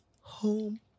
home